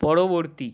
পরবর্তী